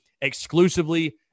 exclusively